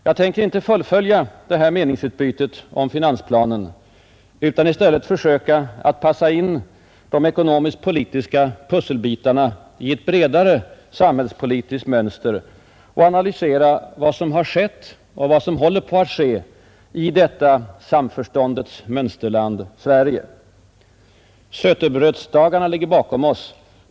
Jag tänker inte fullfölja det här meningsutbytet om finansplanen utan ämnar i stället försöka att passa in de ekonomiskpolitiska pusselbitarna i ett bredare samhällspolitiskt mönster och analysera vad som har skett och vad som håller på att ske i detta samförståndets mönsterland Sverige. Sötebrödsdagarna ligger bakom oss.